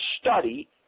study